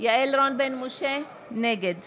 יעל רון בן משה, נגד